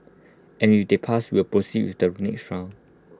and if they pass we'll proceed with the next round